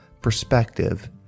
perspective